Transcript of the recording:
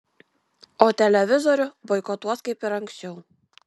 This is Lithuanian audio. o televizorių boikotuos kaip ir anksčiau